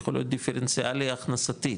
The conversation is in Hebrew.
יכול להיות דיפרנציאלי הכנסתית,